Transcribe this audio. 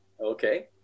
Okay